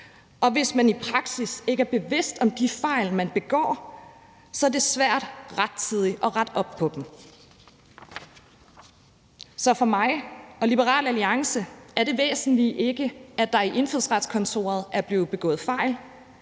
Og hvis man i praksis ikke er bevidst om de fejl, man begår, er det svært rettidigt at rette op på dem. Så for mig og Liberal Alliance er det væsentlige ikke, at der i Indfødsretskontoret er blevet begået fejl.